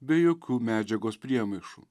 be jokių medžiagos priemaišų